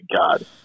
god